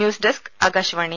news desk Akashvani